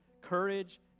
courage